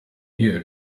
here